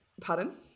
pardon